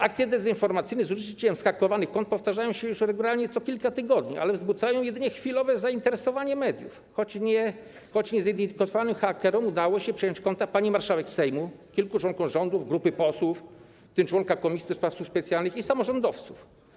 Akcje dezinformacyjne z użyciem zhakowanych kont powtarzają się już regularnie co kilka tygodni, ale wzbudzają jedynie chwilowe zainteresowanie mediów, choć niezidentyfikowanym hakerom udało się przejąć konta pani marszałek Sejmu, kilku członków rządu, grupy posłów, w tym członka Komisji do Spraw Służb Specjalnych, i samorządowców.